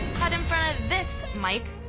cut in front of this, mike.